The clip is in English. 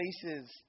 places